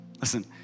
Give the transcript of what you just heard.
Listen